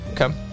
Okay